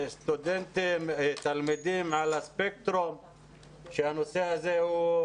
תלמידים על הספקטרום שהנושא הזה הוא